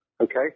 Okay